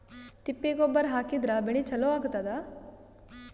ತಿಪ್ಪಿ ಗೊಬ್ಬರ ಹಾಕಿದ್ರ ಬೆಳಿ ಚಲೋ ಆಗತದ?